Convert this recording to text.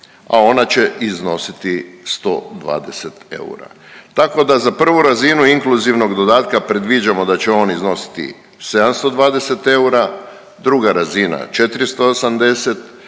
a ona će iznositi 120 eura. Tako da za 1. razinu inkluzivnog dodatka predviđamo da će on iznositi 720 eura, 2. razina 480, 3.